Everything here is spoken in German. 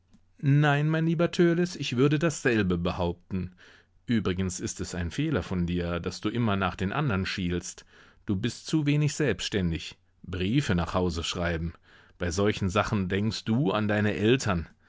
nein mein lieber törleß ich würde dasselbe behaupten übrigens ist es ein fehler von dir daß du immer nach den andern schielst du bist zu wenig selbständig briefe nach hause schreiben bei solchen sachen denkst du an deine eltern